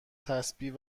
تسبیح